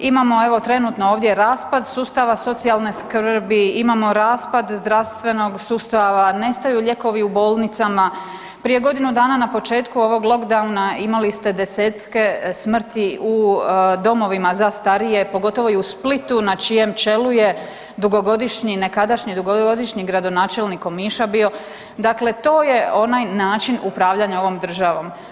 Imamo evo, trenutno ovdje raspad sustava socijalne skrbi, imamo raspad zdravstvenog sustava, nestaju lijekovi u bolnicama, prije godinu dana, na početku ovog lockdowna imali ste desetke smrti u domovina za starije, pogotovo i u Splitu, na čijem čelu je dugogodišnji, nekadašnji dugogodišnji gradonačelnik Omiša bio, dakle to je onaj način upravljanja ovom državom.